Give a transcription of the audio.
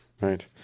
right